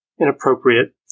inappropriate